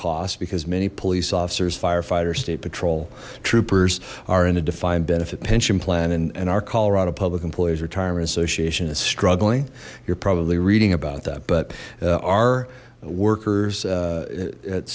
costs because many police officers firefighters state patrol troopers are in a defined benefit pension plan and and our colorado public employees retirement association is struggling you're probably reading about that but our workers